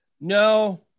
No